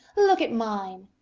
look at mine.